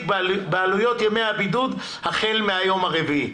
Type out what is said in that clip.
בעלויות ימי הבידוד החל מהיום הרביעי,